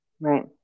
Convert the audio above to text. Right